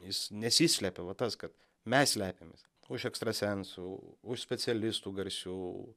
jis nesislepia va tas kad mes slepiamės už ekstrasensų už specialistų garsių